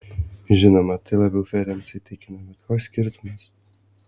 žinoma tai labiau ferencą įtikina bet koks skirtumas